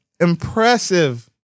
impressive